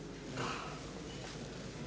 Hvala